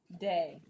day